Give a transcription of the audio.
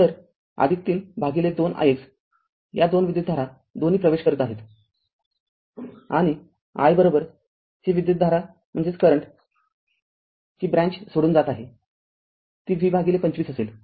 तर३ भागिले २ ix या २ विद्युतधारा दोन्ही प्रवेश करत आहेत आणि ही विद्युतधारा ही ब्रँच सोडून जात आहे ती V२५ असेल